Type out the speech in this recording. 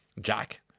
Jack